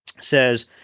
says